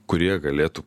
kurie galėtų